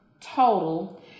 total